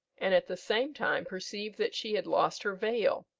and at the same time perceived that she had lost her veil.